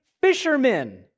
fishermen